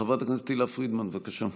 חברת הכנסת תהלה פרידמן, בבקשה.